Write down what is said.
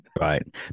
Right